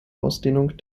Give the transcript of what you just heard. ausdehnung